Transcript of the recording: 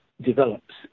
develops